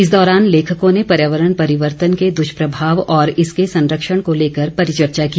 इस दौरान लेखकों ने पर्यावरण परिवर्तन के द्ष्प्रभाव और इसके संरक्षण को लेकर परिचर्चा की